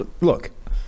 Look